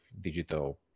digital